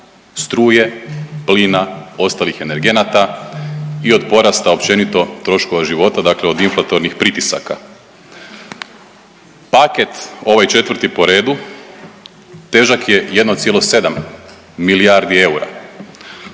struje, plina, ostalih energenata i od porasta općenito troškova života dakle od inflatornih pritisaka. Paket ovaj 4. po redu težak je 1,7 milijardi eura.